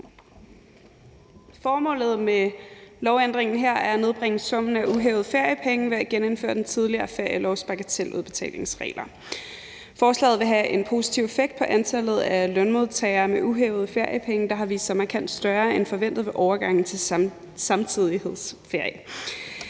Formålet med lovændringen her er at nedbringe summen af uhævede feriepengene ved at genindføre den tidligere ferielovs bagateludbetalingsregler. Forslaget vil have en positiv effekt på antallet af lønmodtagere med uhævede feriepenge, der har vist sig markant større end forventet ved overgangen til samtidighedsferie.